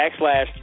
Backslash